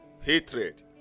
Hatred